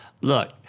Look